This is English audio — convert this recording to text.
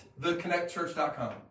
theconnectchurch.com